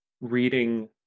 reading